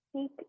seek